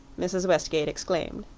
mrs. westgate exclaimed.